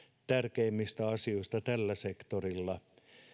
tärkeimmistä asioista tällä sektorilla